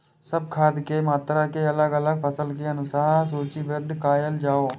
सब खाद के मात्रा के अलग अलग फसल के अनुसार सूचीबद्ध कायल जाओ?